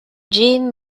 jean